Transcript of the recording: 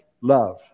love